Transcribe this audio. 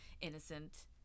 innocent